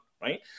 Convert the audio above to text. right